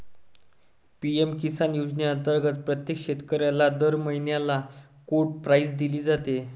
PM Kisan योजनेअंतर्गत प्रत्येक शेतकऱ्याला दर महिन्याला कोड प्राईज दिली जाते